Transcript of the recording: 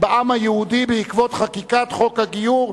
בעם היהודי בעקבות חקיקת חוק הגיור,